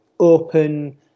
open